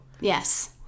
Yes